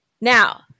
Now